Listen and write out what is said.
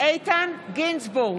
איתן גינזבורג,